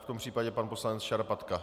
V tom případě pan poslanec Šarapatka.